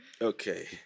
Okay